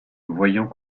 voyant